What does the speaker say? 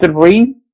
three